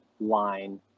line